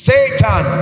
Satan